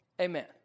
Amen